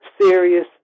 serious